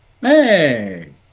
Hey